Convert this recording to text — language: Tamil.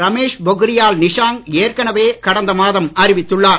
ரமேஷ் பொக்ரியால் நிஷாங்க் ஏற்கனவே கடந்த மாதம் அறிவித்துள்ளார்